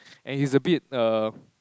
and he's a bit err